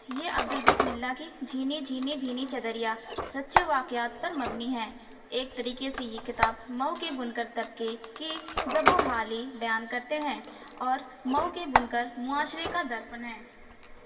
یہ عبدل بسم اللہ کی جھینی جھینی بھینی چدریا سچے واقعات پر مبنی ہیں ایک طریقے سے یہ کتاب مئو کے بنکر طبقے کی زبوں حالی بیان کرتے ہیں اور مئو کے بنکر معاشرے کا درپن ہیں